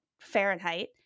Fahrenheit